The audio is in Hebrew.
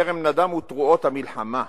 טרם נדמו תרועות המלחמה,